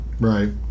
Right